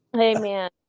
Amen